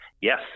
Yes